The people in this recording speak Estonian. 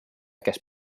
kes